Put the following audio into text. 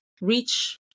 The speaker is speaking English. reach